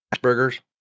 burgers